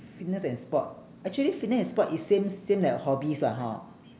fitness and sport actually fitness and sport is same same like hobbies lah hor